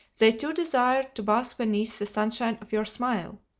they too desire to bask beneath the sunshine of your smile.